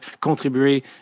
contribuer